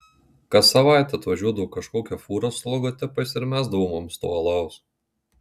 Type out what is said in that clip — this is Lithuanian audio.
kas savaitę atvažiuodavo kažkokia fūra su logotipais ir mesdavo mums to alaus